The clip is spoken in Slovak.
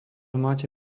máte